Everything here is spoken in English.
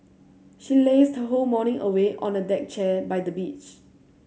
she lazed her whole morning away on a deck chair by the beach